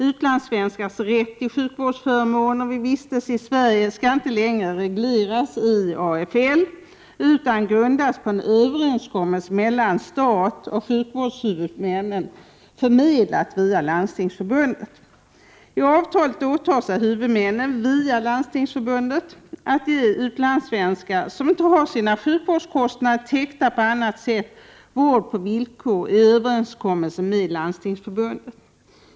Utlandssvenskars rätt till sjukvårdsförmåner vid vistelse i Sverige skall inte längre regleras i AFL utan grundas på en överenskommelse mellan staten och sjukvårdshuvudmännen, förmedlad via Landstingsförbundet. I avtalet åtar sig huvudmännen via Landstingsförbundet att ge utlandssvenskar som inte har sina sjukvårdskostnader täckta på annat sätt vård på villkor som stipuleras i överenskommelsen med Landstingsförbundet.